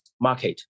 market